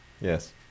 Yes